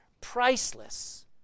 priceless